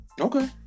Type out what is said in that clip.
Okay